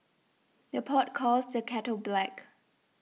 the pot calls the kettle black